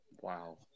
Wow